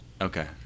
Okay